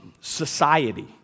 society